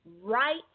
right